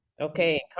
okay